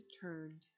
turned